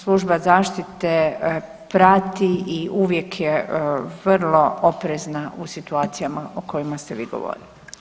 Služba zaštite prati i uvijek je vrlo oprezna u situacijama o kojima ste vi govorili.